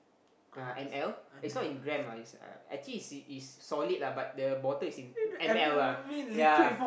uh m_l it's not in gram lah is actually is is solid lah but the bottle is in m_l lah ya